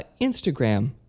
instagram